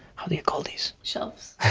how do you call this? shelves